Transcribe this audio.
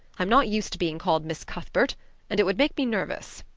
i'm not used to being called miss cuthbert and it would make me nervous.